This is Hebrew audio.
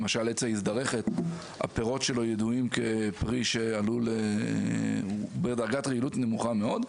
למשל: הפירות של עץ האזדרכת ידועים כפירות בדרגת רעילות נמוכה מאוד.